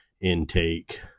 intake